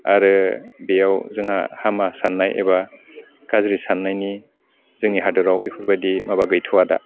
आरो बेयाव जोंहा हामा सान्नाय एबा गाज्रि सान्नायनि जोंनि हादोराव बेफोरबायदि माबा गैथ'वा दा